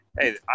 Hey